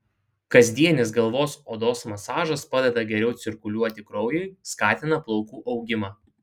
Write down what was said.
kasdieninis galvos odos masažas padeda geriau cirkuliuoti kraujui skatina plaukų augimą